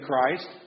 Christ